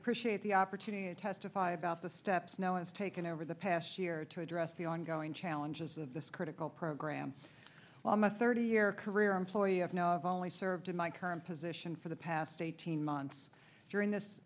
appreciate the opportunity to testify about the steps now i've taken over the past year to address the ongoing challenges of this critical program i'm a thirty year career employee of now i've only served in my current position for the past eighteen months during this